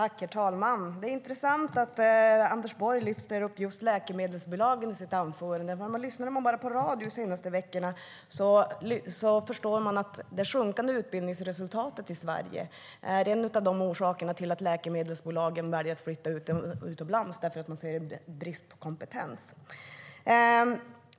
Herr talman! Det är intressant att Anders Borg lyfter upp just läkemedelsbolagen i sitt anförande. Har man lyssnat på radio de senaste veckorna har man förstått att de sjunkande utbildningsresultaten i Sverige är en av orsakerna till att läkemedelsbolagen väljer att flytta utomlands. De ser en brist på kompetens.